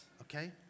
okay